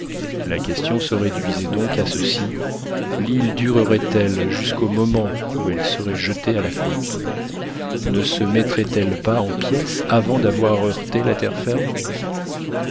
la question se réduisait donc à ceci l'île durerait elle jusqu'au moment où elle serait jetée à la côte ne se mettrait elle pas en pièces avant d'avoir heurté la terre ferme